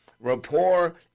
Rapport